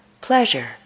Pleasure